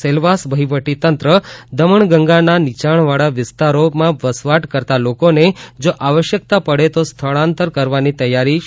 સેલવાસ વહીવટીતંત્ર દમણગંગાના નીચાણવાળા વિસ્તારો વસવાટ કરતા લોકો ને જો આવશ્યકતા પડશે તો સ્થળાંતર કરવાની તૈયારી કરી દીધી છે